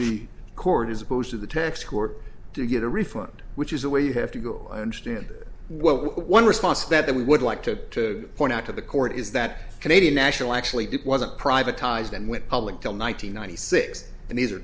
the court as opposed to the tax court to get a refund which is the way you have to go i understand it well one response that we would like to point out to the court is that canadian national actually did wasn't privatized and went public till nine hundred ninety six and these are